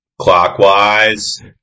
Clockwise